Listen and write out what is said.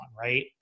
right